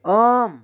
عام